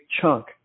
chunk